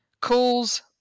Calls